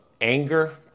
anger